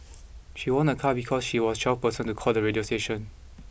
she won a car because she was twelfth person to call the radio station